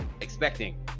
expecting